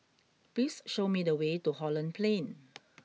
please show me the way to Holland Plain